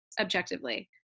objectively